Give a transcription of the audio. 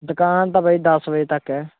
ਦੁਕਾਨ ਤਾਂ ਭਾ ਜੀ ਦਸ ਵਜੇ ਤੱਕ ਹੈ